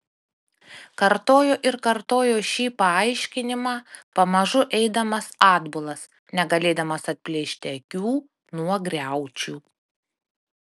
kartojo ir kartojo šį paaiškinimą pamažu eidamas atbulas negalėdamas atplėšti akių nuo griaučių